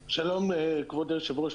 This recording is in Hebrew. שלום, כבוד היושב-ראש.